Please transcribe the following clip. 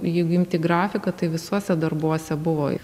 jeigu imti grafiką tai visuose darbuose buvo